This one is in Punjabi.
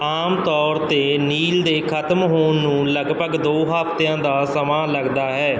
ਆਮ ਤੌਰ 'ਤੇ ਨੀਲ ਦੇ ਖ਼ਤਮ ਹੋਣ ਨੂੰ ਲਗਭਗ ਦੋ ਹਫਤਿਆਂ ਦਾ ਸਮਾਂ ਲੱਗਦਾ ਹੈ